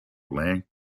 lang